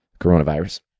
coronavirus